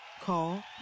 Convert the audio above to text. Call